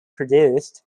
produced